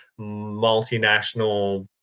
multinational